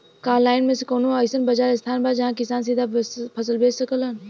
का आनलाइन मे कौनो अइसन बाजार स्थान बा जहाँ किसान सीधा फसल बेच सकेलन?